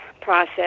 process